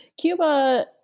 Cuba